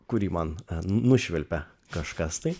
kurį man nušvilpia kažkas tai